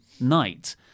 night